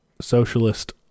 socialist